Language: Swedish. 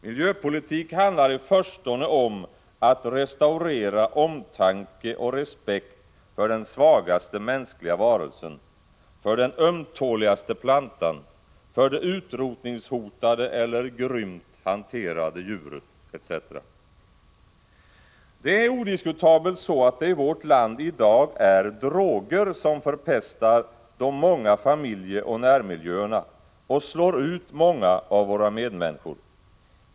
Miljöpolitik handlar i förstone om att restaurera omtanke och respekt för den svagaste mänskliga varelsen, för den ömtåligaste plantan, för det utrotningshotade eller grymt hanterade djuret, etc. Det är odiskutabelt så att det i vårt land i dag är droger som förpestar de många familjeoch närmiljöerna och slår ut många av våra medmänniskor.